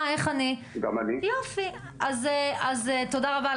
תודה רבה,